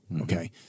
Okay